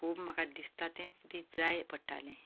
म्हाका दिसतां तेंच बी जाय पडटालें